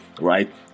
right